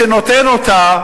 לא שאלתי אותך,